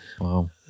Wow